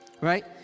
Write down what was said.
right